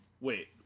wait